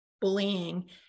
bullying